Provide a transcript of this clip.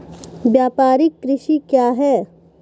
व्यापारिक कृषि क्या हैं?